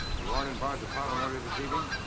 you weren't in bard's apartment earlier this evening?